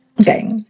Okay